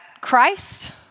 Christ